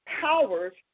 powers